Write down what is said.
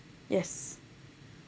yes